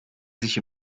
sich